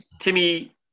Timmy